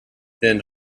then